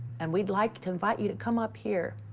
and we'd like to invite you to come up here,